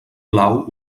blau